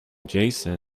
jason